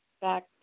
back